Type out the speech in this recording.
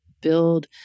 build